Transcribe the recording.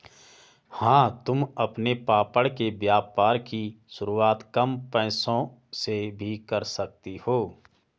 हाँ तुम अपने पापड़ के व्यापार की शुरुआत कम पैसों से भी कर सकती हो